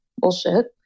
bullshit